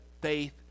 faith